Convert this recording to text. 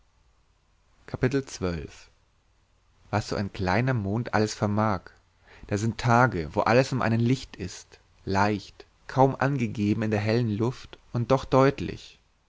was so ein kleiner mond alles vermag da sind tage wo alles um einen licht ist leicht kaum angegeben in der hellen luft und doch deutlich